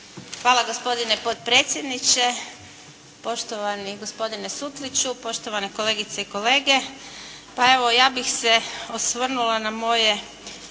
Hvala gospodine potpredsjedniče, poštovani gospodine Sutliću, poštovane kolegice i kolege. Pa evo ja bih se osvrnula na moje